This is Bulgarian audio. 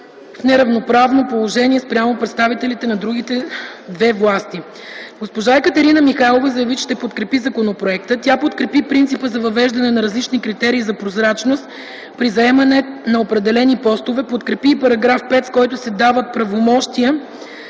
в неравноправно положение спрямо представителите на другите две власти. Госпожа Екатерина Михайлова заяви, че ще подкрепи законопроекта. Тя подкрепи принципа за въвеждане на различни критерии за прозрачност при заемане на определени постове, подкрепи и § 5, с който се дават правомощия